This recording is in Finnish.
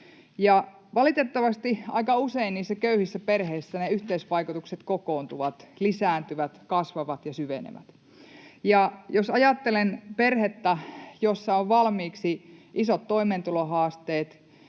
Valitettavasti aika usein köyhissä perheissä ne yhteisvaikutukset kokoontuvat, lisääntyvät, kasvavat ja syvenevät. Jos ajattelen perhettä, jossa on valmiiksi isot toimeentulohaasteet,